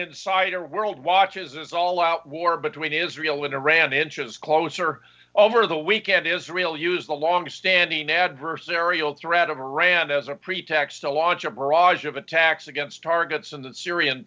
insider world watches it's all out war between israel and iran inches closer over the weekend israel used a longstanding adversarial threat of iran as a pretext to launch a barrage of attacks against targets in the syrian